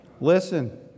listen